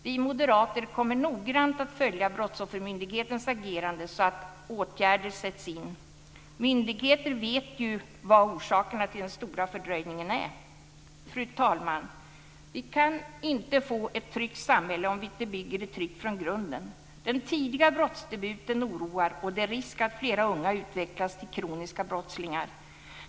Vi moderater kommer att noggrant följa Brottsoffermyndighetens agerande så att åtgärder sätts in. Myndigheten vet ju vad orsakerna till den stora fördröjningen är. Fru talman! Vi kan inte få ett tryggt samhälle om vi inte bygger det tryggt från grunden. Den tidigare brottsdebuten oroar och det är risk att fler unga utvecklas till kroniska brottslingar.